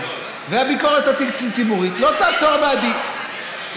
והביקורת הציבורית לא תעצור בעדי,